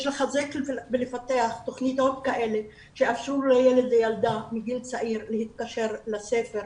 יש לחזק ולפתח תוכניות כאלה שיאפשרו לילד וילדה מגיל צעיר להתקשר לספר,